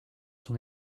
son